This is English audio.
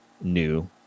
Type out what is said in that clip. new